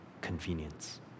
convenience